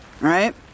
Right